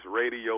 radio